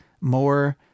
more